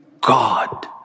God